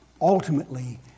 ultimately